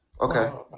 Okay